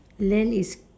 land is